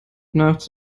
nachts